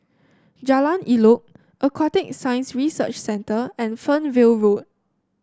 Jalan Elok Aquatic Science Research Centre and Fernvale Road